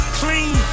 clean